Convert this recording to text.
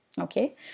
Okay